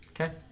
Okay